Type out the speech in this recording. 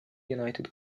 united